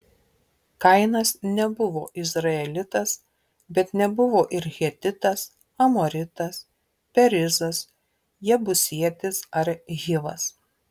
kainas nebuvo izraelitas bet nebuvo ir hetitas amoritas perizas jebusietis ar hivas